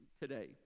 today